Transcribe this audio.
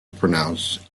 pronounced